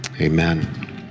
amen